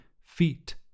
feet